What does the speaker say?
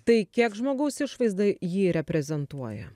tai kiek žmogaus išvaizda jį reprezentuoja